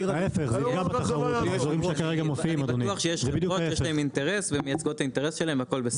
אני בטוח שיש חברות והן מייצגות את האינטרס שלהן והכל בסדר.